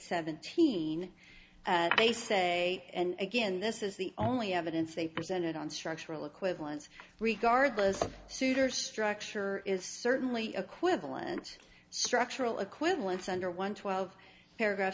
seventeen they say and again this is the only evidence they presented on structural equivalence regardless suter structure is certainly equivalent structural equivalence under one twelve paragraph